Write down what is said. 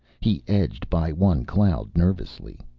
he edged by one cloud nervously.